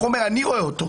החומר אני רואה אותו.